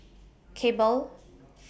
Cable